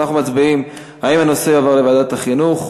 אנחנו מצביעים אם הנושא יעבור לוועדת החינוך.